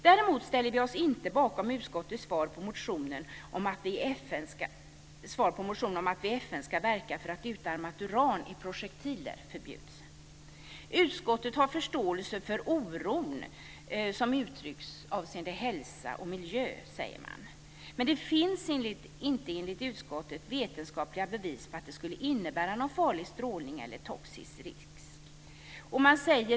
Däremot ställer vi oss inte bakom utskottets svar på motionen om att vi i FN ska verka för att utarmat uran i projektiler förbjuds. Utskottet har förståelse för oron som uttrycks avseende hälsa och miljö, säger man. Men det finns inte enligt utskottet vetenskapliga bevis på att det skulle innebära någon farlig strålnings eller toxisk risk.